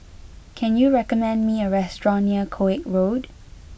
can you recommend me a restaurant near Koek Road